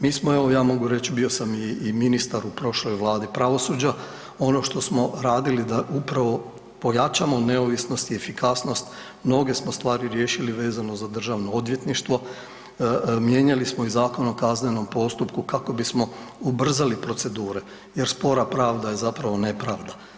Mi smo, evo ja mogu reći, bio sam i ministar u prošloj vladi pravosuđa, ono što smo radili da upravo pojačamo neovisnost i efikasnost, mnoge smo stvari riješili vezano za Državno odvjetništvo, mijenjali smo i Zakon o kaznenom postupku kako bismo ubrzali procedure jer spora pravda je zapravo nepravda.